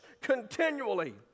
continually